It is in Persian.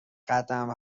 قدم